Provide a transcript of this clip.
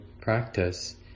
practice